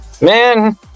man